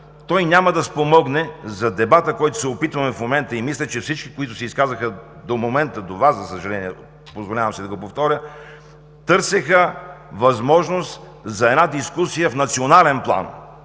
той няма да спомогне за дебата в момента. Мисля, че всички, които се изказаха до момента, до Вас, за съжаление, позволявам си да го повторя, търсеха възможност за една дискусия в национален план,